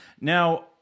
Now